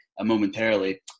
momentarily